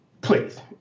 Please